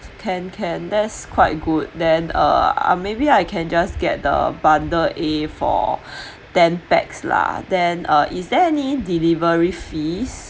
can can that's quite good then uh uh maybe I can just get the bundle A for ten pax lah then uh is there any delivery fees